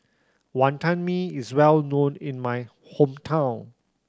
Wantan Mee is well known in my hometown